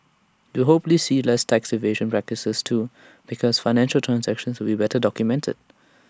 we will hopefully see less tax evasion practices too because financial transactions will better documented